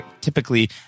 typically